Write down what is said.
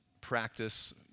practice